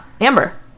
Amber